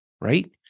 right